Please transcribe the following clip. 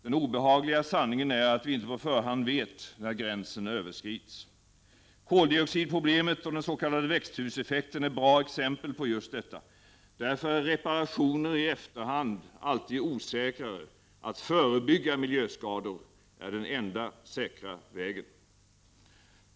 Den obehagliga sanningen är att vi inte på förhand vet när gränsen överskrids. Koldioxidproblemet och den s.k. växthuseffekten är bra exempel på just detta. Därför är reparationer i efterhand alltid osäkrare. Att förebygga miljöskador är den enda säkra vägen.